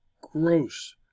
gross